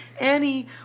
Annie